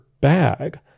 bag